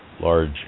large